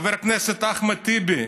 חבר הכנסת אחמד טיבי,